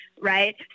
right